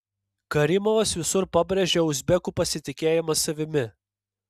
karimovas visur pabrėžia uzbekų pasitikėjimą savimi